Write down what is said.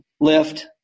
lift